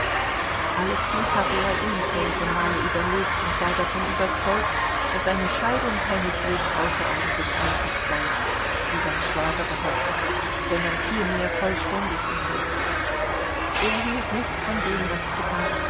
alles dies hatte er unzählige male überlegt und war davon überzeugt daß eine scheidung keineswegs außerordentlich einfach sei wie sein schwager behauptete sondern vielmehr vollständig unmöglich er hielt nichts von dem was